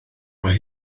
mae